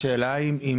כן אבל השאלה היא אנה,